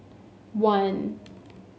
one